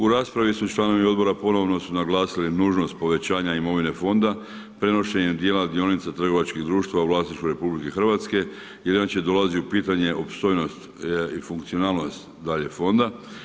U raspravi su članovi odbora, ponovno su naglasili nužnost povećanje imovine fonda, prenošenje dijela dionica trgovačkih društva u vlasništvu RH, jer inače dolazi u pitanje opstojnost i funkcionalnost fonda.